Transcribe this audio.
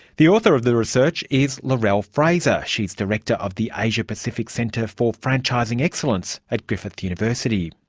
the author of the research is lorelle frazer. she's director of the asia-pacific centre for franchising excellence at griffith university.